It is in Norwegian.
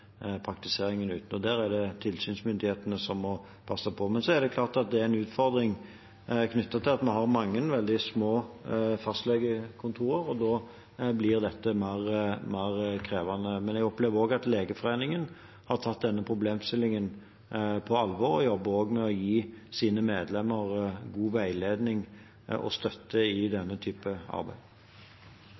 Der er det tilsynsmyndighetene som må passe på. Men det er klart det er en utfordring at vi har mange veldig små fastlegekontorer, og da blir dette mer krevende. Men jeg opplever også at Legeforeningen har tatt denne problemstillingen på alvor og jobber med å gi sine medlemmer god veiledning og støtte i denne typen arbeid.